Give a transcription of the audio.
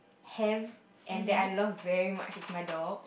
have and that I love very much is my dog